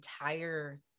entire